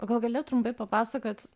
o gal gali trumpai papasakot